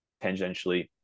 tangentially